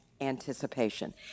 anticipation